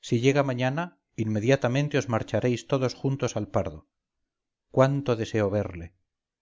si llega mañana inmediatamente os marcharéis todos juntos al pardo cuánto deseo verle